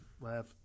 laugh